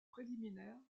préliminaire